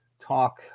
talk